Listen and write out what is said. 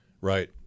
Right